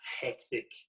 hectic